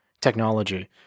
technology